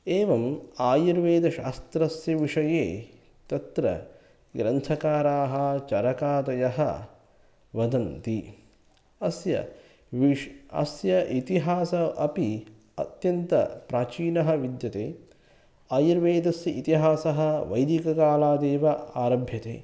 एवम् आयुर्वेदशास्त्रस्य विषये तत्र ग्रन्थकाराः चरकादयः वदन्ति अस्य विश् अस्य इतिहास अपि अत्यन्तप्राचीनः विद्यते आयुर्वेदस्य इतिहासः वैदिककालादेव आरभ्यते